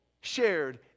shared